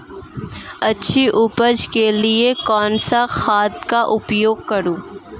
अच्छी उपज के लिए कौनसी खाद का उपयोग करूं?